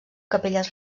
capelles